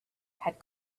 had